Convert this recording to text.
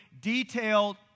detailed